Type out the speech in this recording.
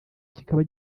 kikaba